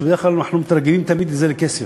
שבדרך כלל אנחנו מתרגמים את זה לכסף,